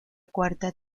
cuarta